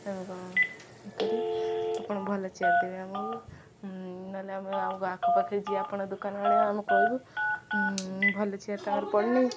ଆ କ କରିବି ଆପଣ ଭଲ ଚେୟାର ଦେବେ ଆମକୁ ନହେଲେ ଆମେ ଆମକୁ ଆଖପାଖେ ଯିଏ ଆପଣ ଦୋକାନ ଆଣିବ ଆମେ କହିବୁ ଭଲ ଚେୟାର ତା'ର ପଡ଼ିନି